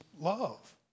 love